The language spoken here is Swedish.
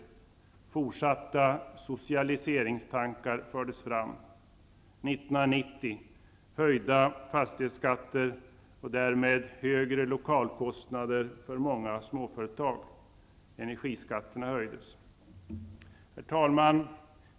Man förde fram fortsatta socialiseringstankar. År 1990 höjdes fastighetsskatterna. Därmed fick många småföretag höjda lokalkostnader. Herr talman!